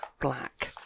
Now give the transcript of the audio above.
Black